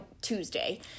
tuesday